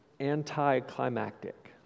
anticlimactic